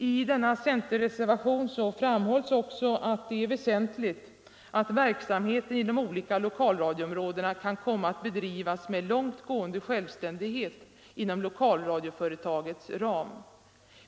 I denna centerreservation framhålls också att det är väsentligt att verksamheten i de olika lokalradioområdena kan komma att bedrivas med långt gående självständighet inom lokalradioföretagets ram.